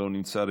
לא נמצא.